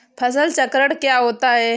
फसल चक्र क्या होता है?